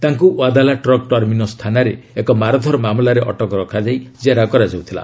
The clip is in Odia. ତାଙ୍କୁ ୱାଦାଲା ଟ୍ରକ୍ ଟର୍ମିନସ୍ ଥାନାରେ ଏକ ମାରଧର୍ ମାମଲାରେ ଅଟକ ରଖାଯାଇ ଜେରା କରାଯାଉଥିଲା